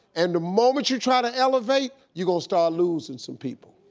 and the moment you try to elevate, you gon' start losing some people.